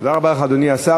תודה רבה לך, אדוני השר.